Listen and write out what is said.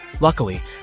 Luckily